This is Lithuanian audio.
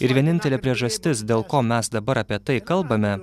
ir vienintelė priežastis dėl ko mes dabar apie tai kalbame